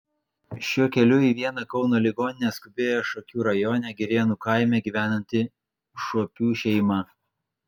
šiuo keliu į vieną kauno ligoninę skubėjo šakių rajone girėnų kaime gyvenanti šuopių šeima